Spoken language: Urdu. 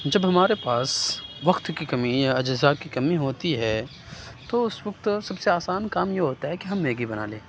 جب ہمارے پاس وقت کی کمی یا اجزاء کی کمی ہوتی ہے تو اُس وقت سب سے آسان کام یہ ہوتا ہے کہ ہم میگی بنا لیں